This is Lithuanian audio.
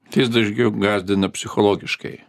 tai jis dažgiau gąsdina psichologiškai